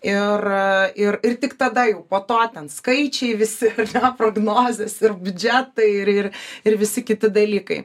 ir ir ir tik tada jau po to ten skaičiai visi ar ne prognozes ir biudžetai ir ir ir visi kiti dalykai